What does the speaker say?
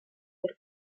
per